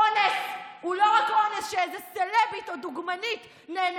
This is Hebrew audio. אונס הוא לא רק אונס של איזו סלבית או דוגמנית נאנסת,